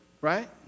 right